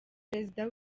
perezida